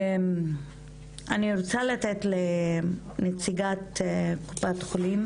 אני רוצה לתת לנציגת קופת חולים,